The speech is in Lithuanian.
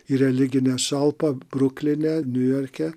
į religinę šalpą brukline niujorke